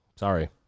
Sorry